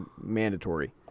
mandatory